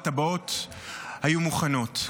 הטבעות היו מוכנות.